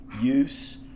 Use